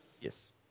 Yes